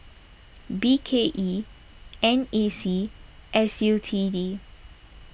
B K E N A C S U T D